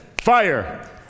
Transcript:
fire